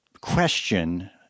question